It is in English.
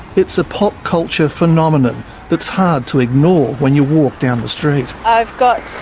it's a pop culture phenomenon that's hard to ignore when you walk down the street. i've got